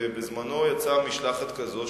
ויצאה משלחת כזאת,